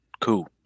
Cool